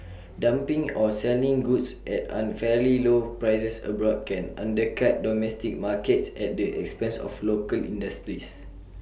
dumping or selling goods at unfairly low prices abroad can undercut domestic markets at the expense of local industries